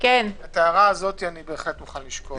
ההערה הזאת אני בהחלט מוכן לשקול.